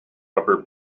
rubber